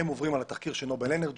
הם עוברים על התחקיר של נובל אנרג'י,